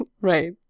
right